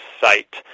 site